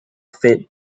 fit